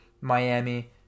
Miami